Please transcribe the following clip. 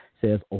Says